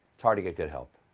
it's hard to get good help.